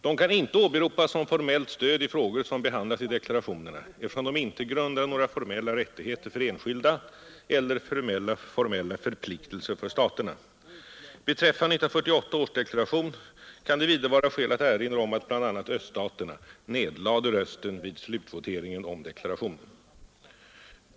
De kan ej åberopas som formellt stöd i frågor som behandlas i deklarationerna, eftersom de inte grundar några formella rättigheter för enskilda eller formella förpliktelser för staterna, Beträffande 1948 års deklaration kan det vidare vara skäl att erinra om att bl.a. öststaterna nedlade rösten vid slutvoteringen om deklarationen.